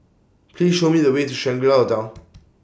Please Show Me The Way to Shangri La Hotel